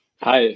Hi